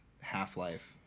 Half-Life